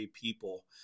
people